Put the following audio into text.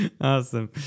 Awesome